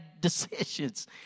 decisions